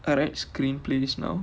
I like screenplays now